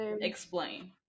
Explain